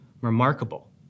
remarkable